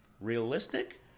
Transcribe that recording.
Realistic